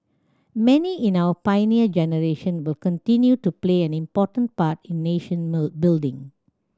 many in our Pioneer Generation will continue to play an important part in nation building